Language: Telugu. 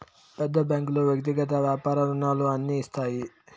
పెద్ద బ్యాంకులు వ్యక్తిగత వ్యాపార రుణాలు అన్ని ఇస్తాయి